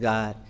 God